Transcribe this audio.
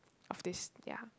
of this ya